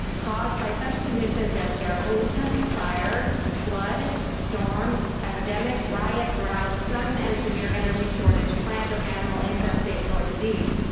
caused by such conditions as air pollution, fire, flood, storm, epidemic, riot, drought, sudden, and severe energy shortage, plant, or animal infestation or disease.